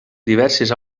diverses